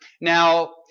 Now